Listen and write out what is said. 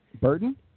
Burton